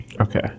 Okay